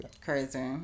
crazy